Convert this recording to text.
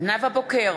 נאוה בוקר,